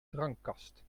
drankkast